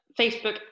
Facebook